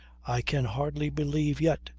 i can hardly believe yet,